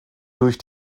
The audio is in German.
durch